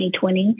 2020